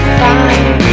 fine